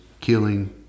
killing